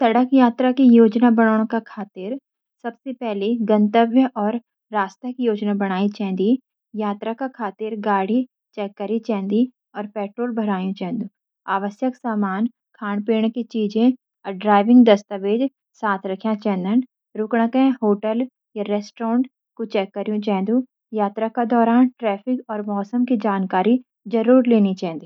सड़क यात्रा की योजना बनान का खातिर: गंतव्य और रास्ते की योजना बनाए चेन्दी। यात्रा के लिए गाड़ी चेक करें और पेट्रोल भरवाएं चेंदू। आवश्यक सामान, खाने-पीने की चीज़ें और ड्राइविंग दस्तावेज़ साथ रख्या चेन्दान। रुकने के लिए होटल या रेस्ट स्टॉप्स चेक करया चेन्दन। यात्रा के दौरान ट्रैफिक और मौसम की जानकारी जरूर लींनी चेन्दी।